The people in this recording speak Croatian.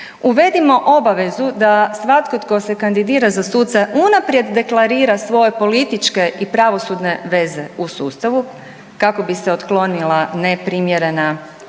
Uvedimo obavezu da svatko tko se kandidira za suca unaprijed deklarira svoje političke i pravosudne veze u sustavu kako bi se otklonila neprimjerena